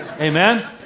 Amen